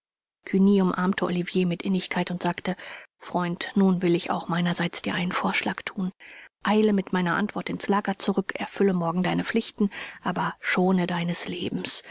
cugny umarmte olivier mit innigkeit und sagte freund nun will ich auch meinerseits dir einen vorschlag thun eile mit meiner antwort ins lager zurück erfülle morgen deine pflichten aber schone deines lebens